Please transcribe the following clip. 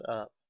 up